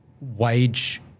wage